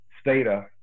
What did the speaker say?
Stata